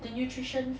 the nutrition